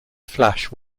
flash